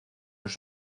los